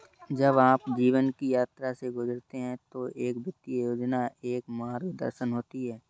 जब आप जीवन की यात्रा से गुजरते हैं तो एक वित्तीय योजना एक मार्गदर्शन होती है